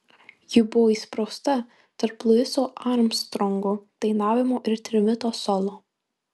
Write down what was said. ji buvo įsprausta tarp luiso armstrongo dainavimo ir trimito solo